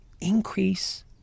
increase